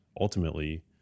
ultimately